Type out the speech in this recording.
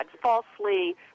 falsely